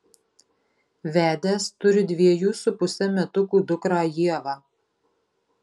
vedęs turi dviejų su puse metukų dukrą ievą